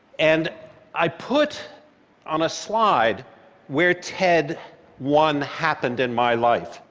and i put on a slide where ted one happened in my life.